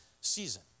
season